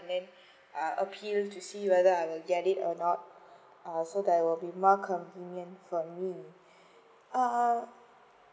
and then appeal to see whether I will get it or not also there will be more convenience for me um